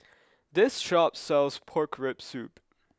this shop sells pork rib soup